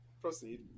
Proceed